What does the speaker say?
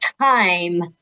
time